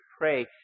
pray